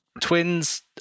twins